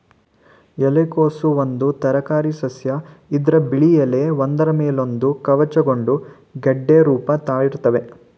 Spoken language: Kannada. ಎಲೆಕೋಸು ಒಂದು ತರಕಾರಿಸಸ್ಯ ಇದ್ರ ಬಿಳಿ ಎಲೆಗಳು ಒಂದ್ರ ಮೇಲೊಂದು ಕವುಚಿಕೊಂಡು ಗೆಡ್ಡೆ ರೂಪ ತಾಳಿರ್ತವೆ